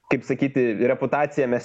kaip sakyti reputaciją mes